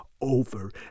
over